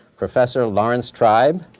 professor laurence tribe,